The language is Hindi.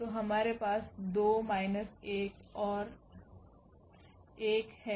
तो हमारे पास 2 माइनस 1 और 1 है